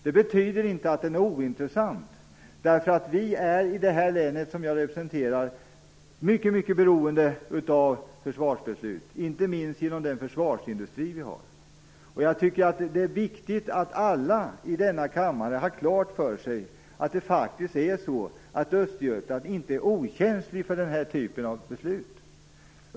Det betyder inte att den är ointressant därför att vi i det län som jag representerar är mycket beroende av försvarsbeslut, inte minst med tanke på den försvarsindustri som vi har. Jag tycker att det är viktigt att alla i denna kammare har klart för sig att Östergötland inte är okänsligt för den här typen av beslut.